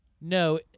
No